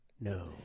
No